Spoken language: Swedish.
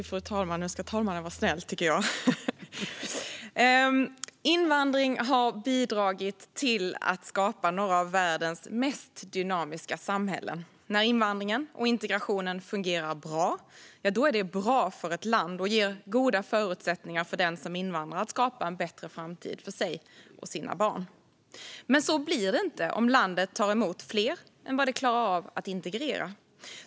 Fru talman! Invandring har bidragit till att skapa några av världens mest dynamiska samhällen. När invandringen och integrationen fungerar bra är det bra för ett land och ger goda förutsättningar för den som invandrar att skapa en bättre framtid för sig och sina barn. Men så blir det inte om landet tar emot fler än vad det klarar av att integrera.